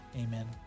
amen